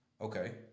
Okay